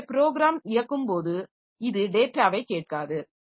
எனவே ப்ரோகிராம் இயக்கும் போது இது டேட்டாவை கேட்காது